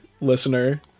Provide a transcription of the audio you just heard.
listener